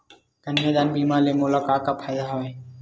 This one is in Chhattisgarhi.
कन्यादान बीमा ले मोला का का फ़ायदा हवय?